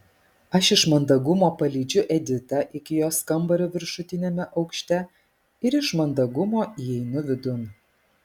aš iš mandagumo palydžiu editą iki jos kambario viršutiniame aukšte ir iš mandagumo įeinu vidun